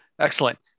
excellent